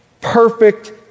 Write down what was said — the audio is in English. perfect